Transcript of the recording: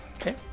okay